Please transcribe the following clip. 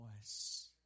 voice